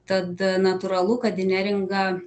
tad natūralu kad į neringą